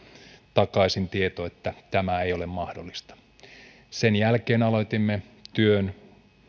takaisin tieto että tämä ei ole mahdollista sen jälkeen aloitimme työn